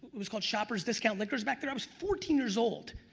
it was called shoppers discount liquors back there. i was fourteen years old,